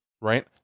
Right